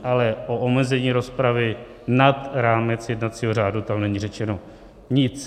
Ale o omezení rozpravy nad rámec jednacího řádu tam není řečeno nic.